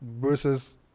versus